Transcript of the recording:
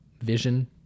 vision